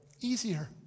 Easier